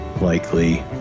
likely